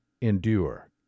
endure